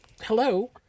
hello